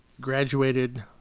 graduated